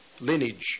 lineage